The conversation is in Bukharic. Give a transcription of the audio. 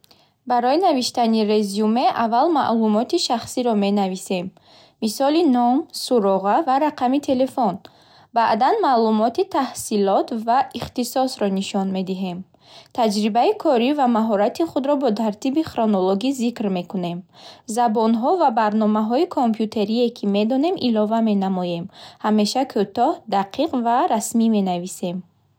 Барои навиштани резюме, аввал маълумоти шахсиро менависем, мисли ном, суроға ва рақами телефон. Баъдан, маълумоти таҳсилот ва ихтисосро нишон медиҳем. Таҷрибаи корӣ ва маҳорати худро бо тартиби хронологӣ зикр мекунем. Забонҳо ва барномаҳои компютерие, ки медонем, илова менамоем. Ҳамеша кӯтоҳ, дақиқ ва расмӣ менависем.